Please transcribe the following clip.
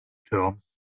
terms